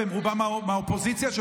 ורובם מהאופוזיציה,